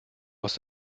aus